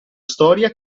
storia